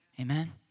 Amen